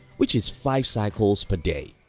which is five cycles but day.